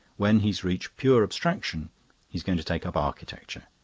when he's reached pure abstraction he's going to take up architecture.